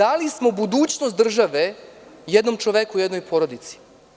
A dali smo budućnost države jednom čoveku i jednoj porodici.